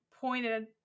pointed